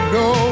no